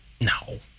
No